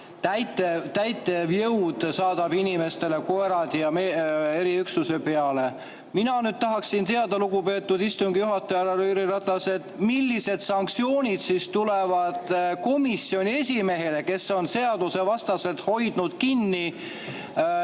täitevjõud on saatnud inimestele koerad ja eriüksuse peale. Mina tahaksin teada, lugupeetud istungi juhataja härra Jüri Ratas, millised sanktsioonid tulevad komisjoni esimehe vastu, kes on seadusvastaselt hoidnud kinni